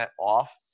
off